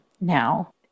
Now